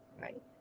right